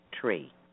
tree